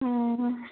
हा